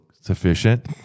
sufficient